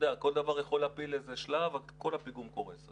כל דבר יכול להפיל איזה שלב וכל הפיגום קורס.